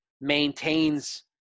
maintains